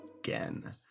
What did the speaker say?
again